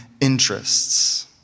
interests